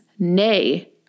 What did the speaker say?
nay